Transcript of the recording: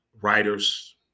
writers